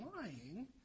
lying